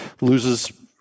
loses